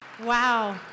wow